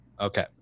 okay